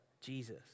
Jesus